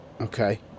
Okay